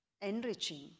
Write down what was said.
enriching